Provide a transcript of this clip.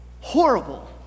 horrible